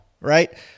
right